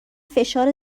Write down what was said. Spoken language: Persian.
فشار